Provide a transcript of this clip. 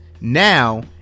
now